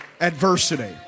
adversity